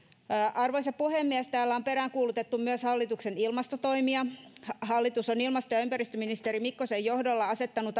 arvoisa puhemies täällä on peräänkuulutettu myös hallituksen ilmastotoimia hallitus on ilmasto ja ympäristöministeri mikkosen johdolla asettanut